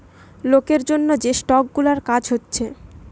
লোকের জন্যে যে স্টক গুলার কাজ হচ্ছে